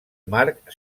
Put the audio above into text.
marc